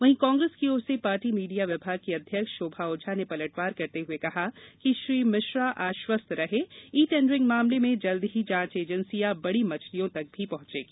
वहीं कांग्रेस की ओर से पार्टी मीडिया विभाग की अध्यक्ष शोभा ओझा ने पलटवार करते हुए कहा कि श्री मिश्रा आश्वस्त रहें ई टेंडरिंग मामले में जल्द ही जांच एजेंसियां बड़ी मछलियों तक भी पहुंचेंगी